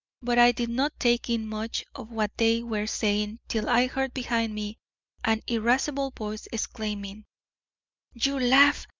but i did not take in much of what they were saying till i heard behind me an irascible voice exclaiming you laugh,